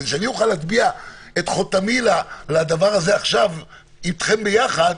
כדי שאני אוכל להטביע את חותמי לדבר הזה עכשיו אתכם ביחד,